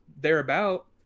thereabout